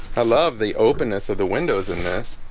i love the openness of the windows in this